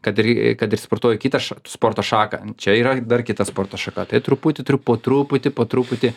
kad ir kad ir sportuoju kitą ša sporto šaką čia yra dar kita sporto šaka tai truputį turiu po truputį po truputį